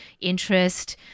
interest